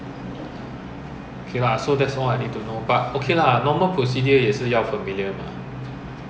mm and then you cannot don't do I think if you don't do there will be